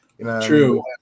True